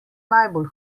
najbolj